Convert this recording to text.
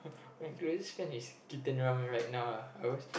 my closest friend is Keaton Ram right now lah